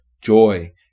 joy